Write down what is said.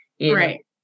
Right